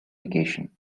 vacation